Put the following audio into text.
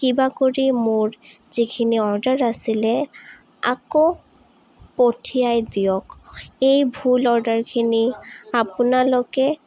কিবা কৰি মোৰ যিখিনি অৰ্ডাৰ আছিলে আকৌ পঠিয়াই দিয়ক এই ভুল অৰ্ডাৰখিনি আপোনালোকে